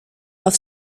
auf